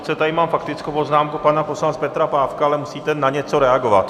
Sice tady mám faktickou poznámku pana poslance Petra Pávka, ale musíte na něco reagovat.